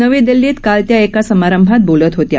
नवी दिल्लीत काल त्या एका समारंभात बोलत होत्या